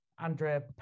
Andrea